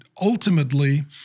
ultimately